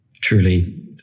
truly